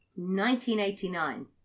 1989